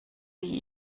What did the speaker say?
wie